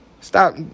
Stop